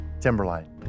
Timberline